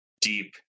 deep